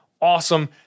awesome